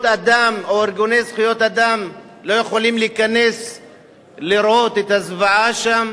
ארגוני זכויות אדם לא יכולים להיכנס לראות את הזוועה שם,